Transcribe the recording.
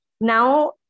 now